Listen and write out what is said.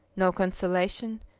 no consolation,